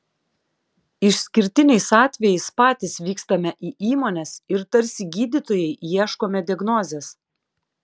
išskirtiniais atvejais patys vykstame į įmones ir tarsi gydytojai ieškome diagnozės